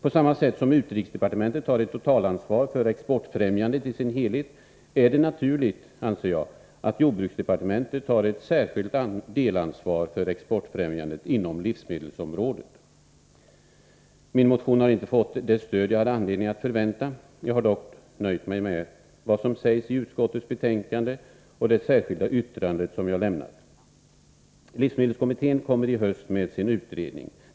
På samma sätt som utrikesdepartementet tar totalansvar för exportfrämjandet i sin helhet, är det naturligt, anser jag, att jordbruksdepartementet tar ett särskilt delansvar för exportfrämjandet inom livsmedelsområdet. Min motion har inte fått det stöd jag hade anledning att förvänta. Jag har dock nöjt mig med vad som sägs i utskottets betänkande och det särskilda yttrande som jag avgett. Livsmedelskommittén kommer i höst att lägga fram sin utredning.